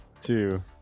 two